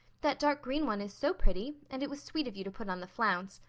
that dark-green one is so pretty and it was sweet of you to put on the flounce.